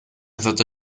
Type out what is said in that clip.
sollte